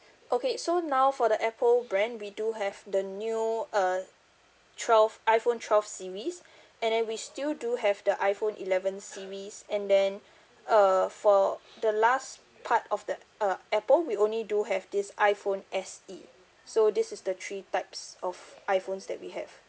okay so now for the Apple brand we do have the new uh twelve iphone twelve series and then we still do have the iphone eleven series and then uh for the last part of the uh apple we only do have this iphone S_E so this is the three types of iphones that we have